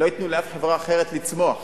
לא ייתנו לאף חברה אחרת לצמוח,